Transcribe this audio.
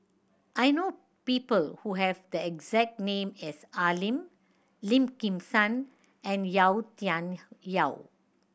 I know people who have the exact name as Al Lim Lim Kim San and Yau Tian Yau